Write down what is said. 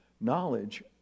Knowledge